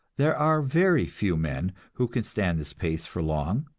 there are very few men who can stand this pace for long.